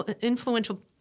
influential